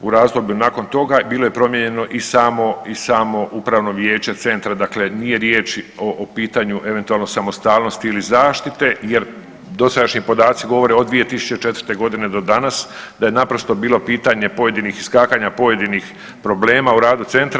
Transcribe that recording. U razdoblju nakon toga bilo je promijenjeno i samo, i samo upravno vijeće centra, dakle nije riječ o pitanju eventualno samostalnosti ili zaštite jer dosadašnji podaci govore od 2004. godine do danas da je naprosto bilo pitanje iskakanja pojedinih problema u radu centra.